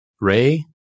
Ray